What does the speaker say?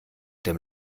dem